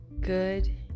Good